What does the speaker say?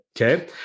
Okay